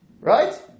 Right